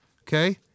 okay